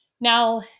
now